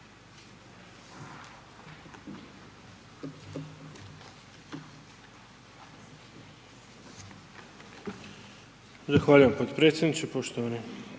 Zahvaljujem potpredsjedniče, poštovani,